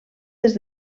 des